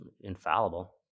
infallible